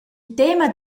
tema